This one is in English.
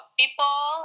people